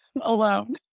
alone